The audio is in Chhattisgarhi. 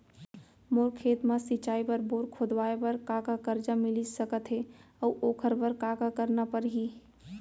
मोर खेत म सिंचाई बर बोर खोदवाये बर का का करजा मिलिस सकत हे अऊ ओखर बर का का करना परही?